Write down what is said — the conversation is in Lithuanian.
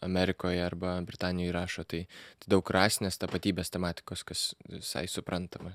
amerikoje arba britanijoj rašo tai daug rasinės tapatybės tematikos kas visai suprantama